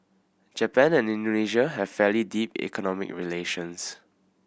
Japan and Indonesia have fairly deep economic relations